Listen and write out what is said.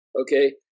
Okay